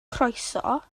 croeso